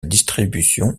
distribution